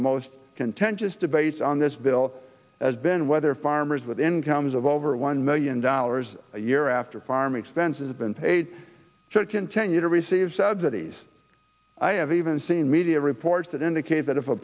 the most contentious debates on this bill has been whether farmers with incomes of over one million dollars a year after farm expenses have been paid should continue to receive subsidies i have even seen media reports that indicate that if a